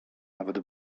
nawet